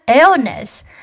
illness